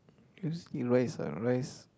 I just eat rice ah rice